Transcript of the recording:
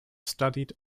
studied